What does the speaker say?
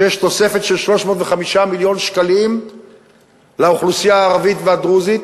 שיש תוספת של 305 מיליון שקלים לאוכלוסייה הערבית והדרוזית